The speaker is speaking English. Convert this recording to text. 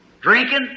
Drinking